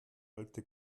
alte